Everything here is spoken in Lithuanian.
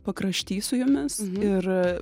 pakrašty su jumis ir